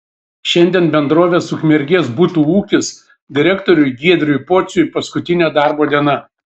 šiandien bendrovės ukmergės butų ūkis direktoriui giedriui pociui paskutinė darbo diena